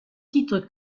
titre